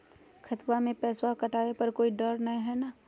खतबा से पैसबा कटाबे पर कोइ डर नय हय ना?